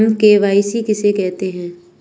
हम के.वाई.सी कैसे कर सकते हैं?